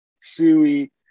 suey